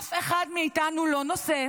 שאף אחד מאיתנו לא נושא,